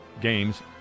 Games